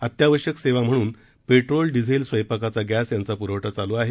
अत्यावश्यक सेवा म्हणून पेट्रोल डिझेल स्वयंपाकाचा गॅस यांचा पुरवठा चालू आहे